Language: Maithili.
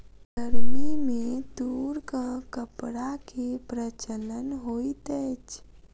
गर्मी में तूरक कपड़ा के प्रचलन होइत अछि